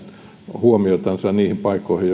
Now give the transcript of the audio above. huomiota niihin paikkoihin